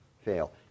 fail